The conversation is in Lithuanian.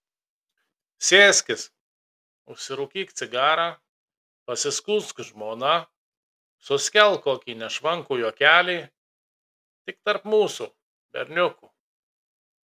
sėskis užsirūkyk cigarą pasiskųsk žmona suskelk kokį nešvankų juokelį tik tarp mūsų berniukų